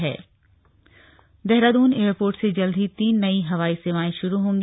हवाई सेवा देहरादून एयरपोर्ट से जल्द ही तीन नई हवाई सेवाएं श्रू होंगी